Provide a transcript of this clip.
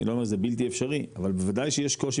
אני לא אומר שזה בלתי אפשרי אבל בוודאי שיש קושי